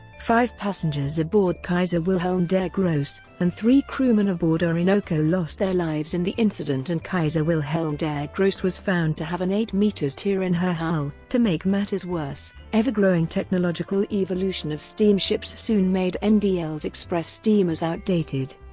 five passengers aboard kaiser wilhelm der grosse and three crewmen aboard orinoco lost their lives in the incident and kaiser wilhelm der grosse was found to have an eight m tear in her hull. to make matters worse, ever growing technological evolution of steamships soon made ndl's express steamers outdated.